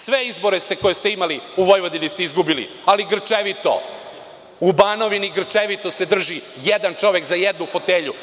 Sve izbore koje ste imali u Vojvodini ste izgubili, ali grčevito, u Banovini se grčevito drži jedan čovek za jednu fotelju.